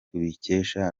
tubikesha